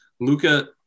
Luca